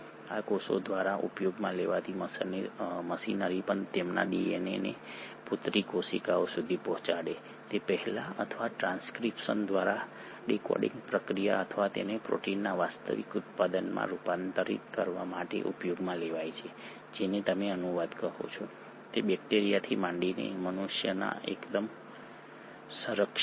આ કોષો દ્વારા ઉપયોગમાં લેવાતી મશીનરી પણ તેમના ડીએનએને પુત્રી કોશિકાઓ સુધી પહોંચાડે તે પહેલાં અથવા ટ્રાન્સક્રિપ્શન દ્વારા ડીકોડિંગ પ્રક્રિયા અથવા તેને પ્રોટીનના વાસ્તવિક ઉત્પાદનમાં રૂપાંતરિત કરવા માટે ઉપયોગમાં લેવાય છે જેને તમે અનુવાદ કહો છો તે બેક્ટેરિયાથી માંડીને મનુષ્યમાં એકદમ સંરક્ષિત છે